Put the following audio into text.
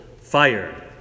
fire